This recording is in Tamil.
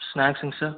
ஸ்நாக்ஸ்ங்க சார்